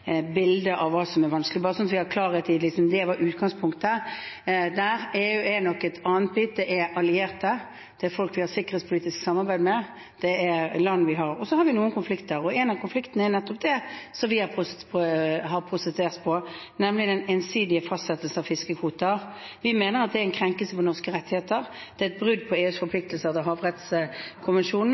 av hva som er vanskelig – bare så vi har klarhet i at det var utgangspunktet. EU er nok noe annet. Det er allierte, det er folk vi har sikkerhetspolitisk samarbeid med, det er land vi har samarbeid med. Så har vi noen konflikter, og en av konfliktene er det vi har protestert på, nemlig den ensidige fastsettelsen av fiskekvoter. Vi mener at det er en krenkelse av norske rettigheter. Det er et brudd på EUs forpliktelser til havrettskonvensjonen,